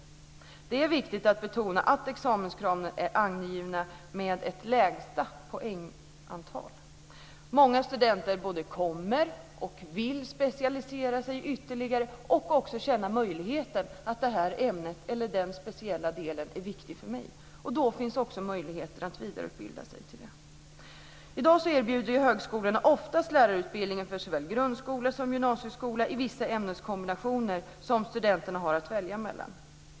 Det är viktigt att betona att examenskraven är angivna i form av ett lägsta poängantal. Många studenter vill specialisera sig ytterligare. De menar att ett visst ämne eller en speciell del är viktig. Då finns möjligheter att vidareutbilda sig. I dag erbjuder högskolorna oftast lärarutbildning för såväl grundskola som gymnasieskola i vissa ämneskombinationer som studenterna har att välja mellan.